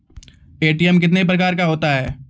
ATM कितने प्रकार का होता हैं?